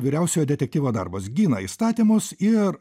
vyriausiojo detektyvo darbas gina įstatymus ir